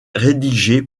rédigé